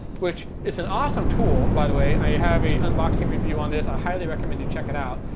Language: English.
which is an awesome tool. by the way, i have a unboxing review on this. i highly recommend you check it out.